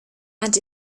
and